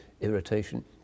irritation